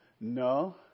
No